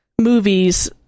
movies